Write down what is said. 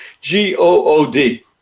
G-O-O-D